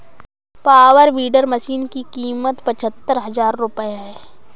power weeder machine की कीमत पचहत्तर हजार रूपये है